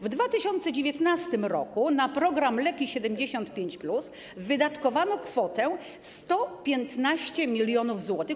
W 2019 r. na program ˝Leki 75+˝ wydatkowano kwotę 115 mln zł.